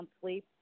sleep